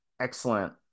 excellent